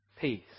peace